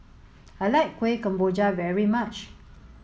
I like Kuih Kemboja very much